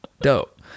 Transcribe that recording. dope